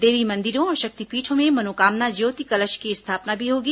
देवी मंदिरों और शक्तिपीठों में मनोकामना ज्योति कलश की स्थापना भी होगी